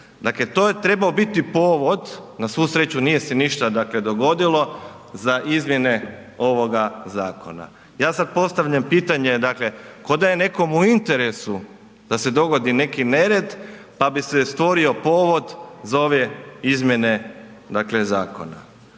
Dakle, to je trebao biti povod, na svu sreću nije se ništa dogodilo, za izmjene ovoga zakona. Ja sada postavljam pitanje, dakle kao da je nekom u interesu da se dogodi neki nered pa bi se stvorio povod za ove izmjene zakona.